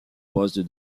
poste